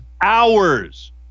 hours